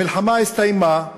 המלחמה הסתיימה,